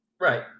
Right